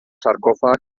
sarcòfag